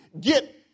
get